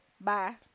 Bye